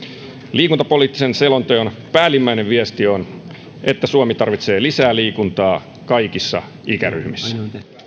liikuntapoliittisen selonteon päällimmäinen viesti on että suomi tarvitsee lisää liikuntaa kaikissa ikäryhmissä